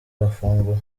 mafunguro